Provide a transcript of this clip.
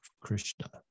Krishna